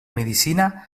medicina